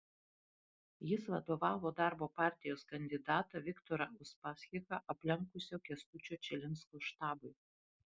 jis vadovavo darbo partijos kandidatą viktorą uspaskichą aplenkusio kęstučio čilinsko štabui